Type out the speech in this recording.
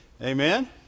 Amen